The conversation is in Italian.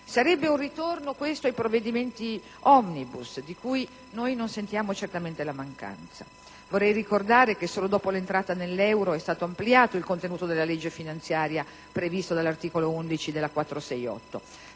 questo, un ritorno a provvedimenti *omnibus*, di cui noi non sentiamo certamente la mancanza. Vorrei ricordare che solo dopo l'entrata nell'euro è stato ampliato il contenuto della legge finanziaria stabilito dall'articolo 11 della